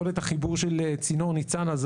יכולת החיבור של צינור ניצנה,